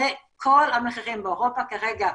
זה כל המחירים באירופה כרגע,